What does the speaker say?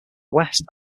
west